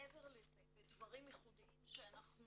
מעבר לזה, בדברים ייחודיים שאנחנו